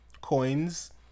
coins